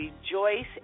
rejoice